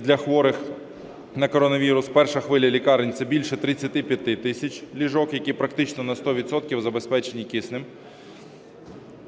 для хворих на коронавірус. Перша хвиля лікарень – це більше 35 тисяч ліжок, які практично на 100 відсотків забезпечені киснем.